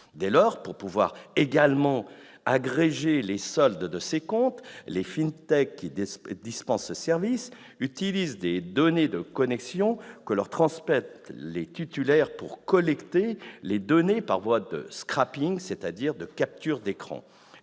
Dès lors, afin de pouvoir également agréger les soldes de ces comptes, les qui dispensent ce service utilisent les données de connexion que leur transmettent les titulaires pour collecter les données par voie de, c'est-à-dire de capture d'écran.